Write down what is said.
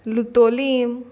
Loutolim